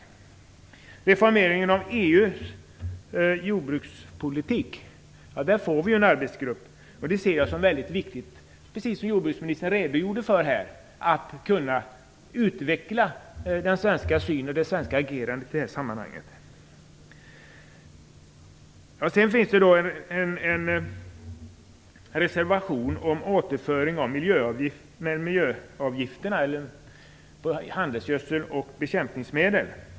När det gäller reformeringen av EU:s jordbrukspolitik får vi en arbetsgrupp. Jag ser det som väldigt viktigt, precis som också jordbruksministern redogjorde för, att kunna utveckla den svenska synen och det svenska agerandet i det sammanhanget. Vidare finns en reservation om återinförande av miljöavgifter på handelsgödsel och bekämpningsmedel.